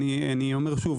אני אומר שוב,